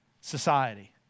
society